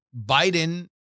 Biden